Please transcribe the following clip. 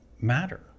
matter